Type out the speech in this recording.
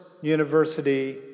university